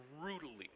brutally